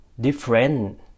different